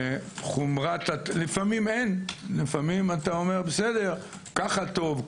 לפעמים אתה אומר: ככה טוב,